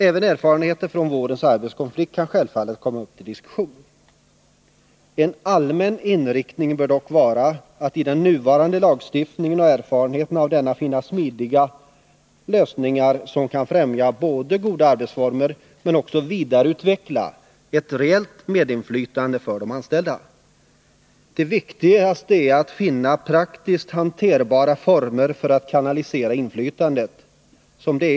Även erfarenheter från vårens arbetskonflikt kan självfallet komma upp till diskussion. En allmän inriktning bör dock vara att i den nuvarande lagstiftningen och utifrån erfarenheterna av denna finna smidiga lösningar som dels kan främja goda samarbetsformer, dels vidareutveckla ett reellt medinflytande för de anställda. Det viktigaste är att man finner praktiskt hanterbara former för att kanalisera inflytandet.